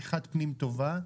מתיחת פנים טובה,